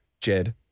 Jed